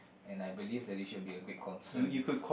and I believe that it should be a great concern